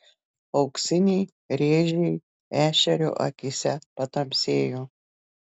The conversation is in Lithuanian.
auksiniai rėžiai ešerio akyse patamsėjo